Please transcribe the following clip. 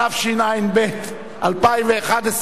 התשע"ב 2011,